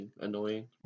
annoying